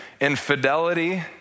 infidelity